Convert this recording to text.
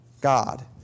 God